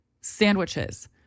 sandwiches